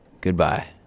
Goodbye